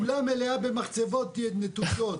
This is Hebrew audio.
כולה מלאה במחצבות נטושות.